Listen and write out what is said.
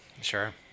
sure